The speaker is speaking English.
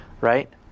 right